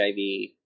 HIV